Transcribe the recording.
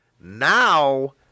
Now